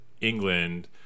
England